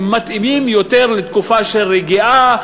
הם מתאימים יותר לתקופה של רגיעה,